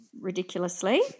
ridiculously